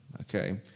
Okay